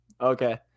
Okay